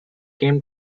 came